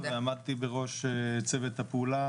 ועמדתי בראש צוות הפעולה,